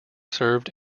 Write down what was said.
served